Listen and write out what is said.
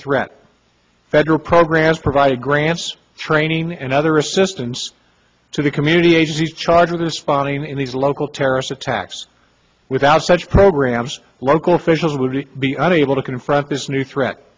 threat federal programs provide grants training and other assistance to the community agencies charged with a spawning in these local terrorist attacks without such programs local officials would be unable to confront this new threat